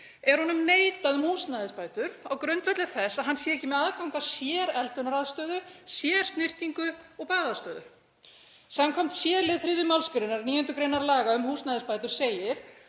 er honum neitað um húsnæðisbætur á grundvelli þess að hann sé ekki með aðgang að sér eldunaraðstöðu, sér snyrtingu og baðaðstöðu. Í c-lið 3. mgr. 9. gr. laga um húsnæðisbætur segir